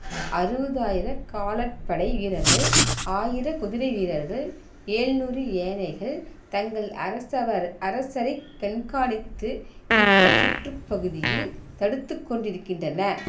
அறுபதாயிர காலாட்படை வீரர்கள் ஆயிரம் குதிரை வீரர்கள் ஏழுநூறு யானைகள் தங்கள் அரசவர் அரசரைக் கண்காணித்து யுத்தச் சுற்றுப் பகுதியில் தடுத்துக் கொண்டிருக்கின்றன